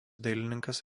dailininkas